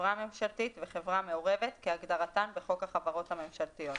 "חברה ממשלתית" ו"חברה מעורבת" כהגדרתן בחוק החברות הממשלתיות,